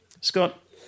Scott